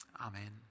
Amen